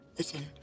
Listen